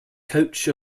coach